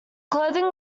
clothing